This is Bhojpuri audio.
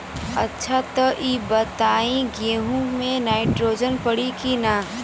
अच्छा त ई बताईं गेहूँ मे नाइट्रोजन पड़ी कि ना?